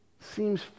seems